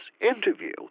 interview